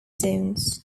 zones